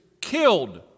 killed